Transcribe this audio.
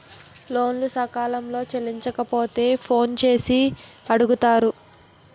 లోను సకాలంలో చెల్లించకపోతే ఫోన్ చేసి అడుగుతారు